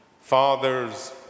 Fathers